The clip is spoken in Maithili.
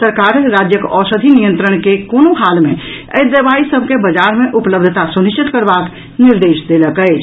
सरकार राज्यक औषधि नियंत्रक के कोनो हाल मे एहि दवाई सभ के बाजार मे उपलब्धता सुनिश्चित करबाक निर्देश देलक अछि